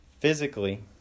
physically